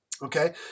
Okay